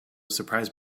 surprise